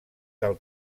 del